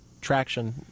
traction